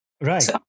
Right